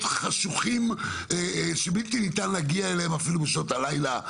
חשוכים שבשעות הלילה אי-אפשר אפילו להגיע אליהם,